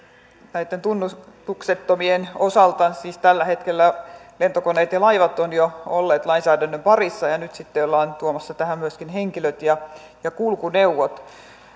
näitten tunnuksettomien osalta siis tällä hetkellä lentokoneet ja laivat ovat jo olleet lainsäädännön parissa ja nyt sitten ollaan tuomassa tähän myöskin henkilöt ja ja kulkuneuvot